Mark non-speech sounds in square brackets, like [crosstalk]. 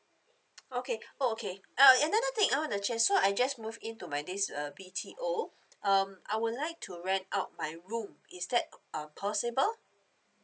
[noise] okay oh okay uh another thing I want to check so I just move into my this uh B_T_O um I would like to rent out my room is that uh possible